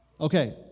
Okay